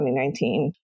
2019